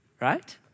Right